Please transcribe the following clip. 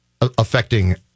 affecting